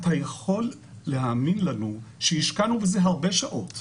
אתה יכול להאמין לנו שהשקענו בזה הרבה שעות,